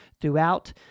throughout